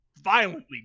Violently